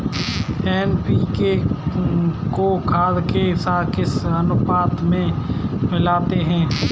NPK को खाद के साथ किस अनुपात में मिलाते हैं?